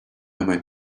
might